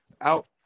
out